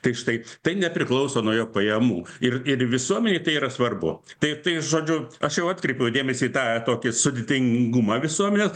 tai štai tai nepriklauso nuo jo pajamų ir ir visuomenei tai yra svarbu tai tai žodžiu aš jau atkreipiau dėmesį į tą tokį sudėtingumą visuomenės